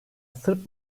sırp